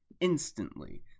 instantly